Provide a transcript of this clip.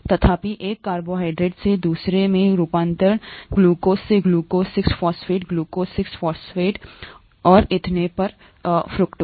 तथापि एक कार्बोहाइड्रेट से दूसरे में रूपांतरण ग्लूकोज से glucose 6 phosphate glucose 6 phosphate 6 phosphate और इतने पर फ्रुक्टोज